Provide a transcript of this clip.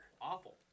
Awful